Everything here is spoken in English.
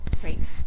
Great